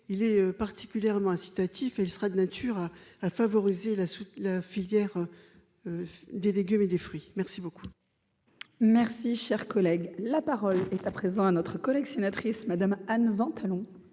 il est particulièrement incitatif et il sera de nature à favoriser la la filière des légumes et des fruits merci beaucoup. Merci, cher collègue, la parole est à présent à notre collègue sénatrice Madame à talons.